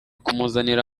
kumuzanira